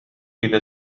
اذا